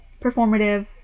performative